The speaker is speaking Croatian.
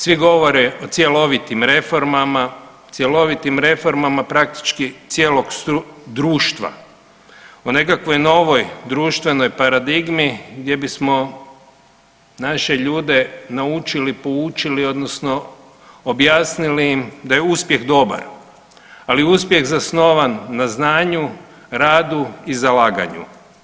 Svi govore o cjelovitim reformama, cjelovitim reformama praktički cijelog društva, o nekakvoj novoj društvenoj paradigmi gdje bismo naše ljude naučili, poučili, odnosno objasnili im da je uspjeh dobar, ali uspjeh zasnovan na znanju, radu i zalaganju.